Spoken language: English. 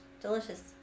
Delicious